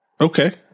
Okay